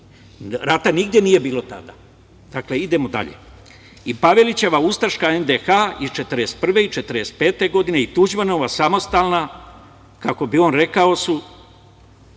Rata nigde nije bilo tada. Dakle, idemo dalje. I Pavelićeva ustaška NDH iz 1941. i 1945. godine i Tuđmanova samostalna, kako bi on rekao, su